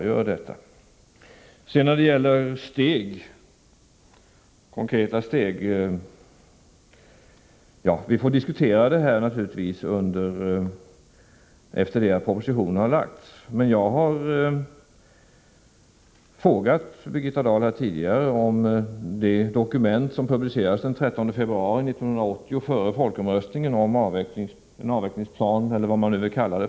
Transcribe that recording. När det sedan gäller konkreta steg får vi naturligtvis ta upp en diskussion efter det att propositionen har lagts fram. Tidigare har jag frågat Birgitta Dahl om det dokument som publicerades den 13 februari 1980 före folkomröstningen om en avvecklingsplan från linje 2 — eller vad man nu vill kalla det.